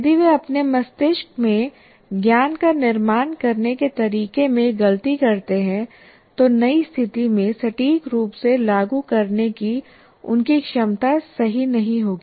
यदि वे अपने मस्तिष्क में ज्ञान का निर्माण करने के तरीके में गलती करते हैं तो नई स्थिति में सटीक रूप से लागू करने की उनकी क्षमता सही नहीं होगी